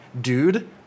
dude